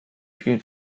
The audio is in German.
vielen